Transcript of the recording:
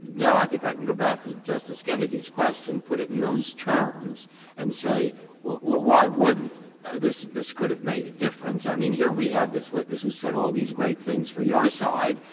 now i think i can go back to justice kennedy's question, put it in those terms and say why wouldn't this this could have made a difference. i mean, here, we have this witness who said all of these great things for your side,